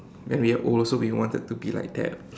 when we are old also we wanted to be like that